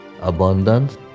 abundance